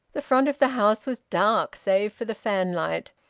the front of the house was dark save for the fanlight.